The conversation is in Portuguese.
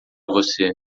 você